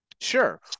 Sure